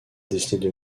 destinée